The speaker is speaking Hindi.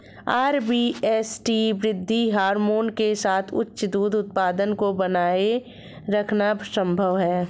आर.बी.एस.टी वृद्धि हार्मोन के साथ उच्च दूध उत्पादन को बनाए रखना संभव है